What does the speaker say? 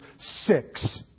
six